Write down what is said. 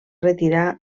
retirar